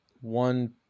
one